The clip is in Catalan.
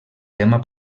tema